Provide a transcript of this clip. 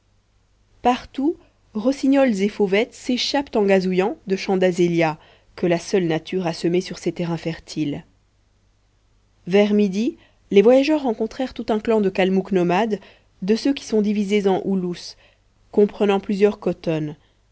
partout rossignols et fauvettes s'échappent en gazouillant de champs d'azélias que la seule nature a semés sur ces terrains fertiles vers midi les voyageurs rencontrèrent tout un clan de kalmouks nomades de ceux qui sont divisés en oulousses comprenant plusieurs